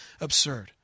absurd